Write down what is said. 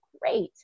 great